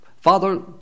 Father